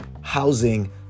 housing